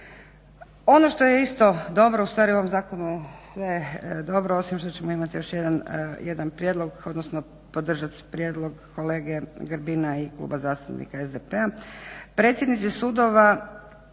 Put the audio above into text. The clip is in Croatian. Ono što je isto dobro, ustvari u ovom zakonu je sve dobro, osim što ćemo imati još jedan prijedlog, odnosno podržati prijedlog kolege Grbina i Kluba zastupnika SDP-a, predsjednici sudova